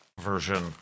version